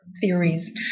theories